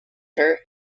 her